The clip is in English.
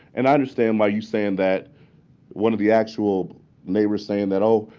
and i understand why you saying that one of the actual neighbors saying that, oh,